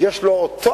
יש לו אותה